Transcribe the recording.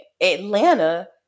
Atlanta